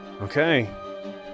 Okay